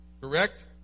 Correct